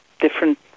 different